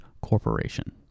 Corporation